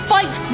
Fight